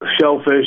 shellfish